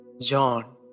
John